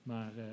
Maar